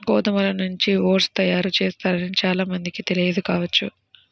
గోధుమల నుంచి ఓట్స్ తయారు చేస్తారని చాలా మందికి తెలియదు కావచ్చు